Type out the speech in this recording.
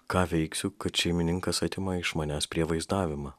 ką veiksiu kad šeimininkas atima iš manęs prievaizdavimą